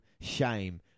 shame